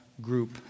group